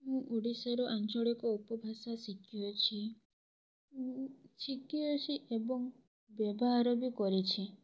ମୁଁ ଓଡ଼ିଶାର ଆଞ୍ଚଳିକ ଉପଭାଷା ଶିକିଅଛି ମୁଁ ଶିକିଅଛି ଏବଂ ବ୍ୟବହାର ବି କରିଛି